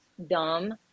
dumb